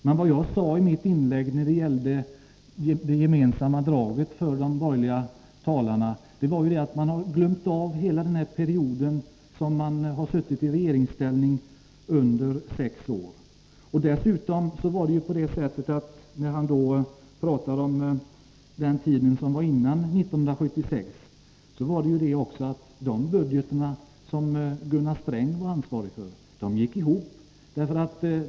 Men vad jag i mitt inlägg beskrev som det gemensamma draget för de borgerliga talarna var att de glömde av hela den period som de borgerliga själva suttit i regeringsställning, sex år. Kjell Johansson talade också om tiden före 1976. Men de budgetar som Gunnar Sträng var ansvarig för gick ihop.